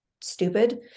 stupid